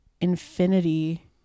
infinity